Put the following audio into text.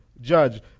judge